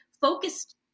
focused